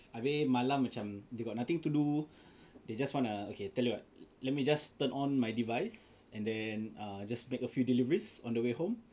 habis malam macam they got nothing to do they just wanna okay tell you what let me just turn on my device and then err just make a few deliveries on the way home maybe